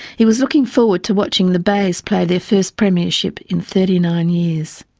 he was looking forward to watching the bayers play their first premiership in thirty nine years.